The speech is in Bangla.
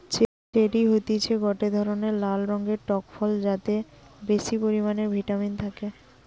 চেরি হতিছে গটে ধরণের লাল রঙের টক ফল যাতে বেশি পরিমানে ভিটামিন থাকে